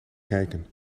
kijken